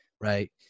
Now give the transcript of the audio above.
right